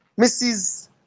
mrs